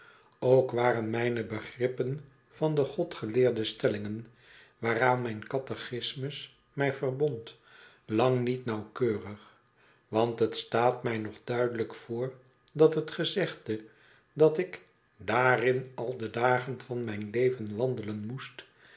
ook waren mijne begrippen van de godgeleerde stellingen waaraan mijn catechismus mij verbond lang niet nauwkeurig want het staat my nog duidelijk voor dat het gezegde dat ik daarin al de dagen van mijn leven wandelen moest